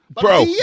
bro